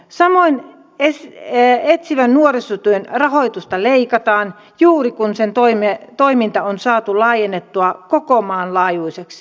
samoin etsivän nuorisotyön rahoitusta leikataan juuri kun sen toiminta on saatu laajennettua koko maan laajuiseksi